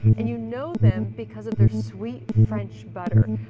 and you know them because of their sweet french butter,